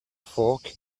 fork